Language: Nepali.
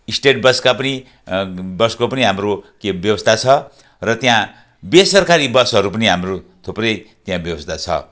स्टेट बसका पनि बसको पनि हाम्रो के व्यवस्था छ र त्यहाँ बेसरकारी बसहरू पनि हाम्रो थुप्रै त्यहाँ व्यवस्था छ